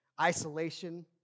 isolation